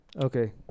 Okay